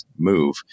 move